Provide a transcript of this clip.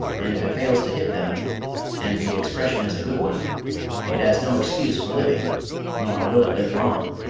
and if it fails to hit them and the expression is a good one it has no excuse for living nor will it live long.